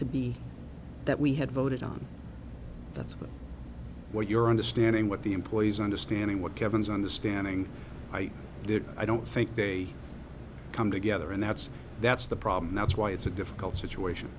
to be that we had voted on that's what you're understanding what the employees understanding what kevin's understanding why i don't think they come together and that's that's the problem that's why it's a difficult situation